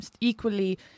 equally